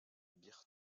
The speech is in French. beer